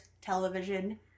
television